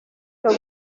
los